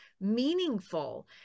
meaningful